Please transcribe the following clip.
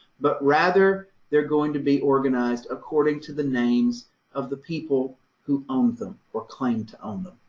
but rather they're going to be organized according to the names of the people who owned them or claimed to own them,